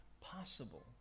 possible